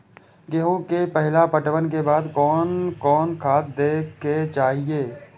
गेहूं के पहला पटवन के बाद कोन कौन खाद दे के चाहिए?